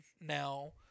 Now